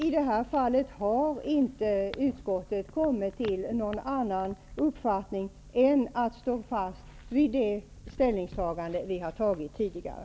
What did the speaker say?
I det här fallet har inte utskottet kommit fram till någon annan uppfattning än att stå fast vid det ställningstagande som vi gjort tidigare.